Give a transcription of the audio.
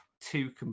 two